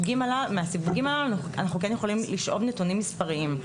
מהסיווגים הללו אנחנו כן יכולים לשאוב נתונים מספריים,